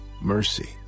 mercy